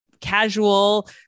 casual